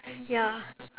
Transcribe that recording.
ya